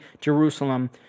Jerusalem